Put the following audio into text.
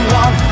one